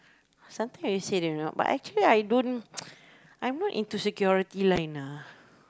sometime you say they know but actually I don't I'm not into security line lah